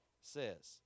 says